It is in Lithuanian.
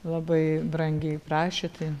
labai brangiai prašė tai